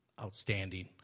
outstanding